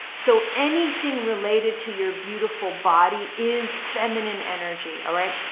so anything related to your beautiful body is feminine energy. all right,